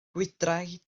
gwydraid